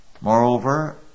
Moreover